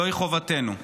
זוהי חובתנו,